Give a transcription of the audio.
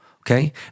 okay